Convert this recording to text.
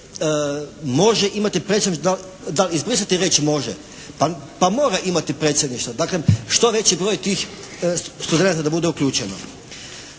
može imati predsjedništvo, da izbrisati riječ može. Pa mora imati predsjedništvo. Dakle, što veći broj tih studenata da bude uključeno.